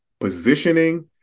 positioning